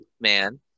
man